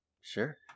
Sure